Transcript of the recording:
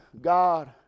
God